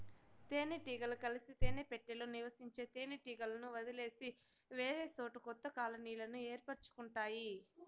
తేనె టీగలు కలిసి తేనె పెట్టలో నివసించే తేనె టీగలను వదిలేసి వేరేసోట కొత్త కాలనీలను ఏర్పరుచుకుంటాయి